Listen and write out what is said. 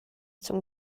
zum